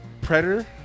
Predator